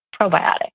probiotic